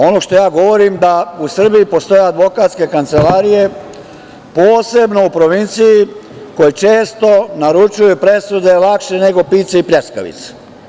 Ono što ja govorim da u Srbiji postoje advokatske kancelarije, posebno u provinciji koji često naručuju presude lakše nego pice i pljeskavice.